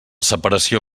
separació